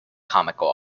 comical